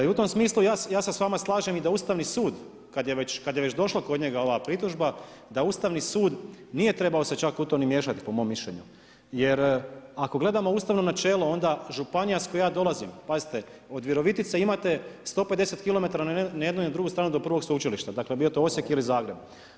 I u tom smislu ja se s vama slažem i da Ustavni sud kada je već došla kod njega ova pritužba, da Ustavni sud nije se trebao čak u to ni miješati po mom mišljenju jer ako gledamo ustavno načelo onda županija iz koje ja dolazim, pazite od Virovitice imate 150km na jednu i na drugu stranu do prvog sveučilišta dakle bio to Osijek ili Zagreb.